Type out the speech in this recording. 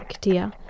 dear